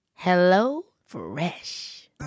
HelloFresh